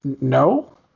No